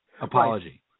apology